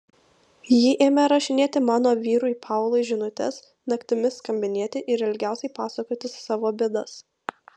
ji ėmė rašinėti mano vyrui paului žinutes naktimis skambinėti ir ilgiausiai pasakotis savo bėdas